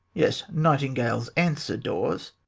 yes nightingales answer daws.